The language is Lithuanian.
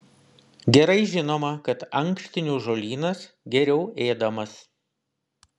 gerai žinoma kad ankštinių žolynas geriau ėdamas